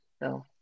no